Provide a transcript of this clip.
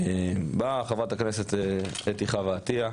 באה חברת הכנסת אתי חוה עטיה,